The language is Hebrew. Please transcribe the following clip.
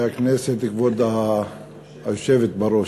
כבוד היושבת בראש,